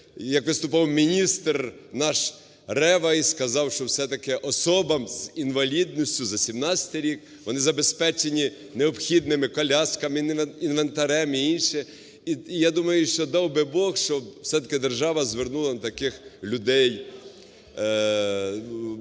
як виступав міністр наш Рева і сказав, що все-таки особам з інвалідністю… за 2017 рік вони забезпечені необхідними колясками, інвентарем і інше. І я думаю, що дав би Бог, щоб все-таки держава звернула на таких людей… Я б хотів